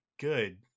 good